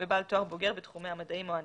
ובעל תואר בוגר בתחומי המדעים או ההנדסה.